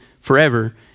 forever